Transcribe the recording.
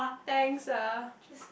thanks ah